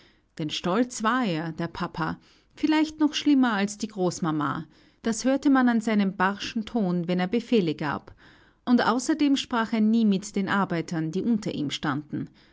denn stolz war er der papa vielleicht noch schlimmer als die großmama das hörte man an seinem barschen ton wenn er befehle gab und außerdem sprach er nie mit den arbeitern die unter ihm standen